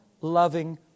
loving